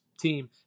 team